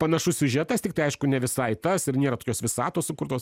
panašus siužetas tiktai aišku ne visai tas ir nėra tokios visatos sukurtos